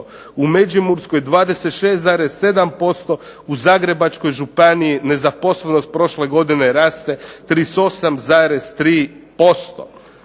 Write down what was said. u Međimurskoj 26,7%, u Zagrebačkoj županiji nezaposlenost prošle godine raste 38,3%.